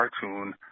cartoon